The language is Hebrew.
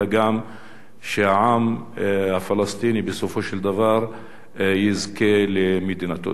אלא גם העם הפלסטיני בסופו של דבר יזכה למדינתו.